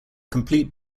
complete